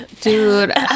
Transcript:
dude